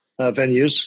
venues